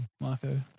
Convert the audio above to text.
Marco